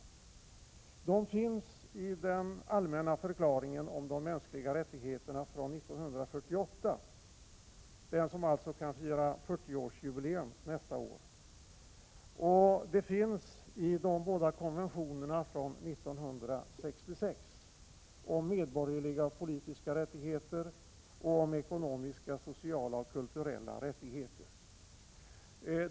De finns i den allmänna förklaringen om de mänskliga rättigheterna från 1948, som alltså kan fira 40-årsjubileum nästa år. De finns också i de båda konventionerna från 1966 om medborgerliga och politiska rättigheter samt om ekonomiska, sociala och kulturella rättigheter.